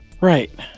right